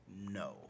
no